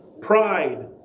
Pride